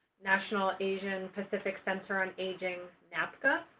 national asian-pacific center on aging, napca,